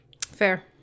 Fair